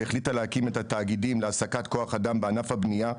שהחליטה להקים את התאגידים להעסקת כוח אדם בענף הבנייה.